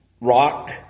rock